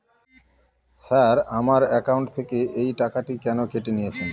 Sir আমার account থেকে এই টাকাটি কেন কেটে নিয়েছেন?